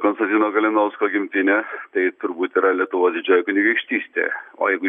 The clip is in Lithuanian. konstantino kalinausko gimtinė tai turbūt yra lietuvos didžioji kunigaikštystė o jeigu